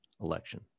election